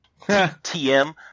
TM